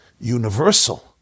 universal